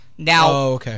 Now